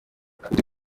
turi